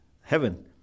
heaven